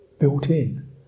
built-in